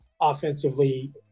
offensively